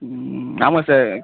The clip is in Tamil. ம் ஆமாம் சார்